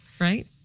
right